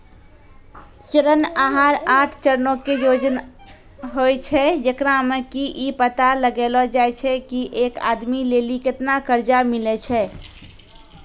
ऋण आहार आठ चरणो के योजना होय छै, जेकरा मे कि इ पता लगैलो जाय छै की एक आदमी लेली केतना कर्जा मिलै छै